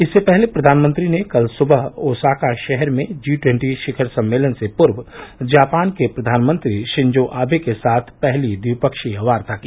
इससे पहले प्रधानमंत्री ने कल सुबह ओसाका शहर में जी ट्वन्टी शिखर सम्मेलन से पूर्व जापान के प्रधानमंत्री शिंजो आवे के साथ पहली द्विपक्षीय वार्ता की